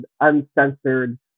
uncensored